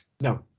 No